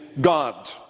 God